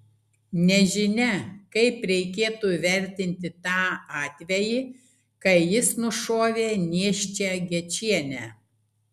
nežinia kaip reikėtų vertinti tą atvejį kai jis nušovė nėščią gečienę